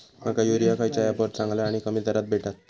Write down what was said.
माका युरिया खयच्या ऍपवर चांगला आणि कमी दरात भेटात?